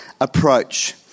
approach